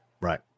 right